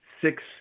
six